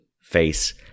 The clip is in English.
face